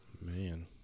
Man